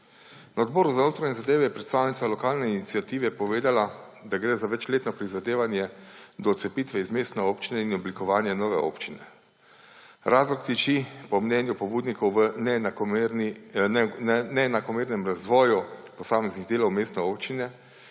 Na odboru za notranje zadeve je predstavnica lokalne iniciative povedala, da gre za večletno prizadevanje do odcepitve iz mestne občine in oblikovanja nove občine. Razlog tiči po mnenju pobudnikov v neenakomernem razvoju posameznih delov mestne občine